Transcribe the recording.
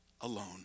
alone